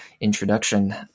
introduction